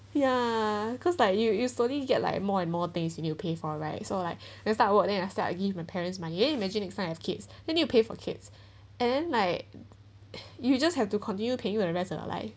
ya cause like you you slowly you get like more and more things you need to pay for right so like then I start work then I start to give my parents money eh imagine next time I have kids then you pay for kids and then like you just have to continue paying the rest of your life